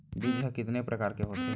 बीज ह कितने प्रकार के होथे?